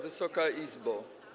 Wysoka Izbo!